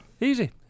Easy